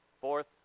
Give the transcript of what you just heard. Fourth